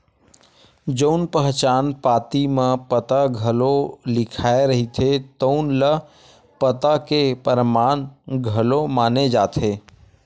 जउन पहचान पाती म पता घलो लिखाए रहिथे तउन ल पता के परमान घलो माने जाथे